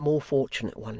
and a more fortunate one.